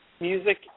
Music